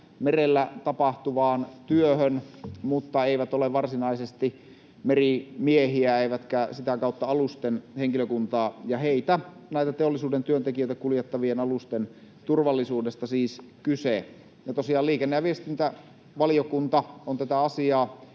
merellä tapahtuvaan työhön mutta eivät ole varsinaisesti merimiehiä eivätkä sitä kautta alusten henkilökuntaa. Näitä teollisuuden työntekijöitä kuljettavien alusten turvallisuudesta siis on kyse. Tosiaan liikenne- ja viestintävaliokunta on tätä asiaa